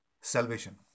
salvation